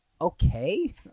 Okay